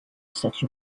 such